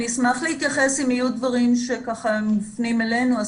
אני אשמח להתייחס אם יהיו דברים שמופנים אלינו.